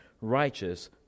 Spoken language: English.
righteous